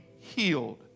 healed